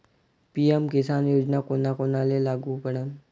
PM Kisan योजना कोना कोनाले लागू पडन?